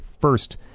first